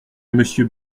monsieur